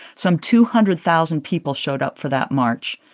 some two hundred thousand people showed up for that march,